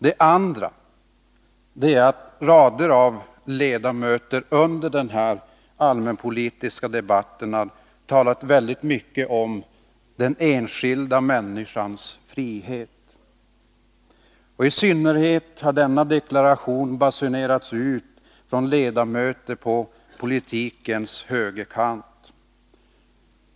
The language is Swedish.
Det andra är att rader av ledamöter under den här allmänpolitiska debatten har talat väldigt mycket om den enskilda människans frihet. I synnerhet har sådana deklarationer basunerats ut från ledamöter på politikens högerkant.